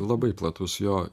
labai platus jo